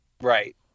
right